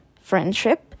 friendship